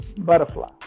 butterfly